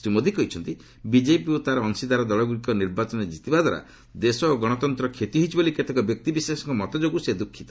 ଶ୍ରୀ ମୋଦୀ କହିଛନ୍ତି ବିଜେପି ଓ ତାର ଅଂଶିଦାର ଦଳଗୁଡ଼ିକ ନିର୍ବାଚନରେ ଜିତିବା ଦ୍ୱାରା ଦେଶ ଓ ଗଣତନ୍ତର କ୍ଷତି ହୋଇଛି ବୋଲି କେତେକ ବ୍ୟକ୍ତିବିଶେଷଙ୍କ ମତ ଯୋଗୁଁ ସେ ଦ୍ରୁଖିତ